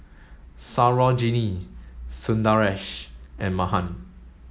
Sarojini Sundaresh and Mahan